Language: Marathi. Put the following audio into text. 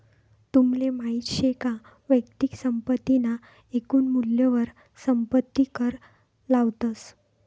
तुमले माहित शे का वैयक्तिक संपत्ती ना एकून मूल्यवर संपत्ती कर लावतस